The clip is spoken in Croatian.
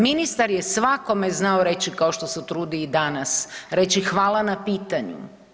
Ministar je svakome znao reći kao što se trudi i danas, reći hvala na pitanju.